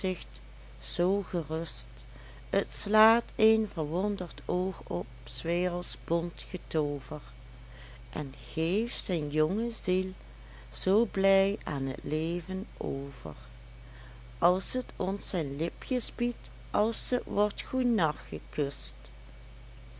zoo gerust t slaat een verwonderd oog op s werelds bont getoover en geeft zijn jonge ziel zoo blij aan t leven over als t ons zijn lipjes biedt als t wordt goenacht